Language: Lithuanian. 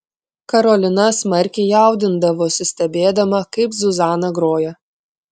karolina smarkiai jaudindavosi stebėdama kaip zuzana groja